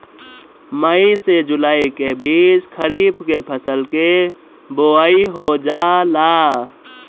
मई से जुलाई के बीच खरीफ के फसल के बोआई हो जाला